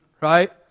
Right